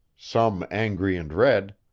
some angry and red,